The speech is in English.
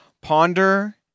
Ponder